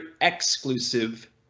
exclusive